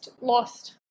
lost